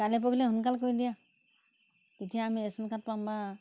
কাইলে পৰহিলে সোনকাল কৰি দিয়া তেতিয়া আমি ৰেচন কাৰ্ড পাম বা